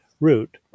root